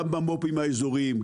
גם במו"פים האיזוריים,